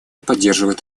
поддерживает